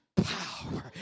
power